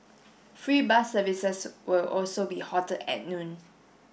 free bus services will also be halted at noon